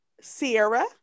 Sierra